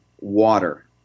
water